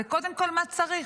זה קודם כול מה צריך.